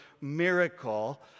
miracle